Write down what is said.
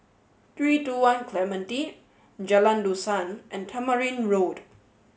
Three Two One Clementi Jalan Dusan and Tamarind Road